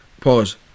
pause